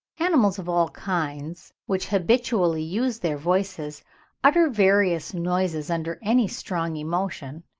animals of all kinds which habitually use their voices utter various noises under any strong emotion,